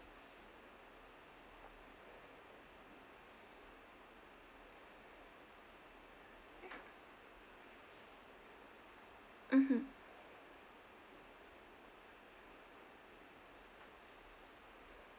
mmhmm